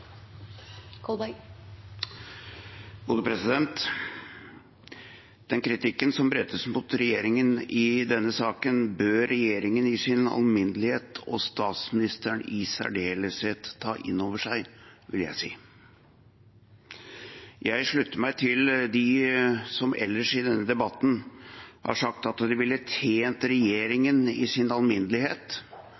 Den kritikken som rettes mot regjeringen i denne saken, bør regjeringen i sin alminnelighet og statsministeren i særdeleshet ta inn over seg, vil jeg si. Jeg slutter meg til dem som ellers i denne debatten har sagt at det ville